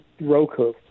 Roku